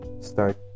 start